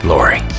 Lori